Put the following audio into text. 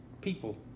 people